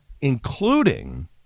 including